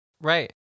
right